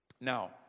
Now